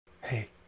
hey